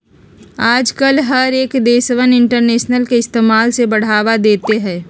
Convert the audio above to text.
आजकल हर एक देशवन इन्टरनेट के इस्तेमाल से बढ़ावा देते हई